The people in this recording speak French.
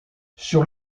sur